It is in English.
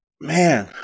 Man